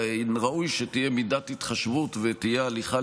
ראוי שתהיה מידת התחשבות ושתהיה הליכה